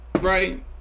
right